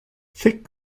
thick